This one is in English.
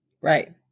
Right